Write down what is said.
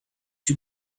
you